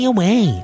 Away